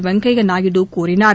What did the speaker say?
வெங்கைய நாயுடு கூறினார்